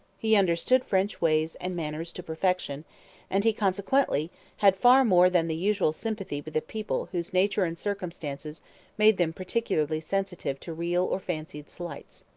he understood french ways and manners to perfection and he consequently had far more than the usual sympathy with a people whose nature and circumstances made them particularly sensitive to real or fancied slights.